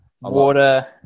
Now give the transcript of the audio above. water